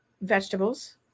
vegetables